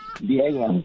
Diego